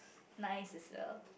nice as well